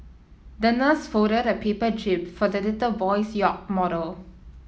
the nurse folded a paper jib for the little boy's yacht model